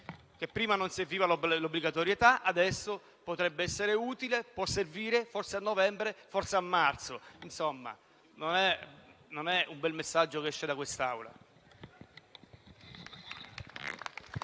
prima non serviva l'obbligatorietà, adesso potrebbe essere utile e può servire forse a novembre o forse a marzo. Insomma, non è un bel messaggio quello che esce da quest'Assemblea.